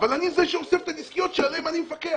אבל אני אוסף את הדסקיות שעליהן אני מפקח.